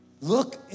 look